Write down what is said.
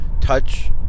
touch